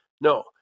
No